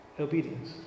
obedience